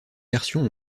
versions